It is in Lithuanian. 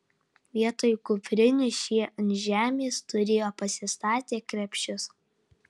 vietoj kuprinių šie ant žemės turėjo pasistatę krepšius